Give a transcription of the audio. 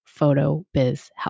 PHOTOBIZHELP